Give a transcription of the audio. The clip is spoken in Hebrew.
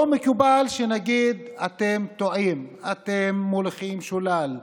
לא מקובל שנגיד: אתם טועים, אתם מוליכים שולל.